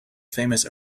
famous